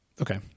Okay